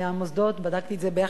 בדקתי את זה יחד עם התאחדות הסטודנטים.